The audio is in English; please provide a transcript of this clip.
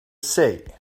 say